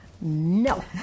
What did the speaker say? No